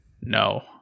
No